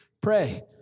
Pray